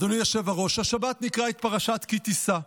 אדוני היושב-ראש, השבת נקרא את פרשת כי תשא.